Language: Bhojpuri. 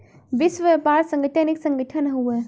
विश्व व्यापार संगठन एक संगठन हउवे